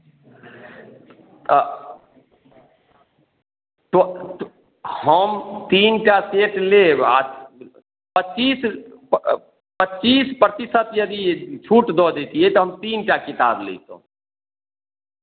तऽ तऽ हम तीन टा सेट लेब आ पच्चीस प् पच्चीस प्रतिशत यदि छूट दऽ दैतियै तऽ हम तीन टा किताब लैतहुँ